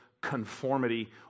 conformity